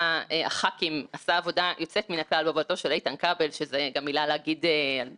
לשפוך אור על הדרך הכושלת שבה התנהלה המערכת הפיננסית במשך שנות דור,